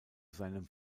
seinem